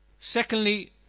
Secondly